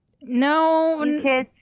No